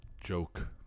Joke